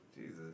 Jesus